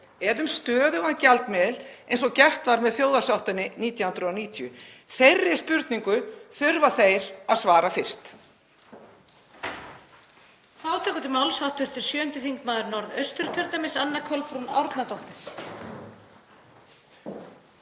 eða um stöðugan gjaldmiðil eins og gert var með þjóðarsáttinni 1990. Þeirri spurningu þurfa þeir að svara fyrst.